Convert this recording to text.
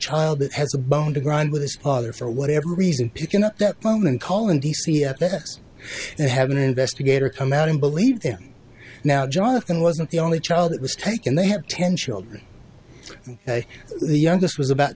child that has a bone to grind with his father for whatever reason picking up the phone and call in d c at the us to have an investigator come out and believe now jonathan wasn't the only child that was taken they have ten children the youngest was about